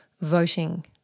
voting